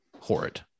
Horrid